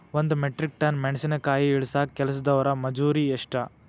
ಒಂದ್ metric ton ಮೆಣಸಿನಕಾಯಿ ಇಳಸಾಕ್ ಕೆಲಸ್ದವರ ಮಜೂರಿ ಎಷ್ಟ?